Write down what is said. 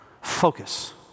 Focus